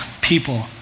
people